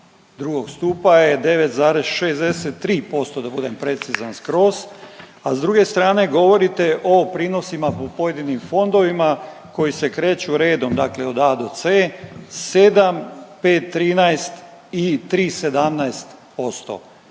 2. stupa je 9,63% da budem precizan skroz, a s druge strane govorite o prinosima u pojedinim fondovima, koji se kreću redom dakle od A do C, 7, 5,13 i 3,17%.